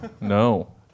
No